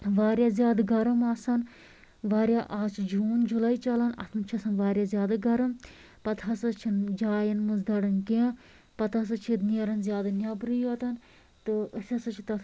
واریاہ زیادٕ گَرٕم آسان واریاہ آز چھُ جوٗن جُلٔے چَلان اَتھ منٛز چھُ آسان واریاہ گَرٕم پتہٕ ہسا چھِنہٕ جایَن منٛز دَران کیٚنٛہہ پَتہٕ ہسا چھِ نیران زیادٕ نیٚبرٕے یوت تہٕ أسۍ ہسا چھِ تتھ